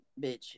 bitch